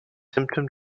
symptom